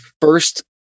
first